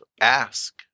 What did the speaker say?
ask